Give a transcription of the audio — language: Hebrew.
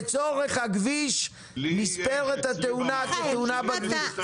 לצורך הכביש צריכה להיספר התאונה כתאונה בכביש.